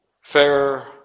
fairer